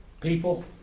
people